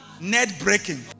Net-breaking